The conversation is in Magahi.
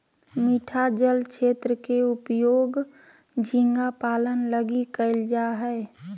मीठा जल क्षेत्र के उपयोग झींगा पालन लगी कइल जा हइ